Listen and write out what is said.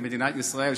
למדינת ישראל.